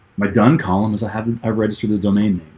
my done column is i haven't i've registered the domain